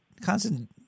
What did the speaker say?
constant